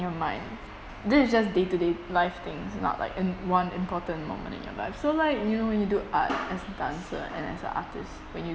your mind this is just day-to-day life things not like in one important moment in your life so like you know when you do art as a dancer and as a artist when you